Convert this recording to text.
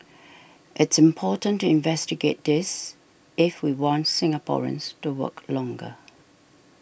it's important to investigate this if we want Singaporeans to work longer